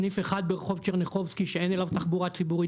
סניף אחד ברחוב טשרניחובסקי שאין אליו תחבורה ציבורית